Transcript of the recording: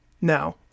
Now